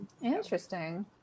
Interesting